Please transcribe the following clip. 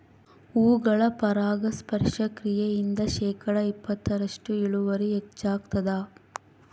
ಹೂಗಳ ಪರಾಗಸ್ಪರ್ಶ ಕ್ರಿಯೆಯಿಂದ ಶೇಕಡಾ ಇಪ್ಪತ್ತರಷ್ಟು ಇಳುವರಿ ಹೆಚ್ಚಾಗ್ತದ